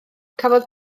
cafodd